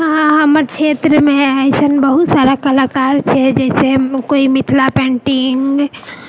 हमर क्षेत्रमे ऐसन बहुत सारा कलाकार छै जैसे कोइ मिथिला पेन्टिंग